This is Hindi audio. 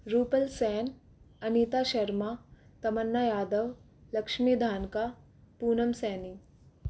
रूपल सेन अनीता शर्मा तमन्ना यादव लक्ष्मी धानका पूनम सेनी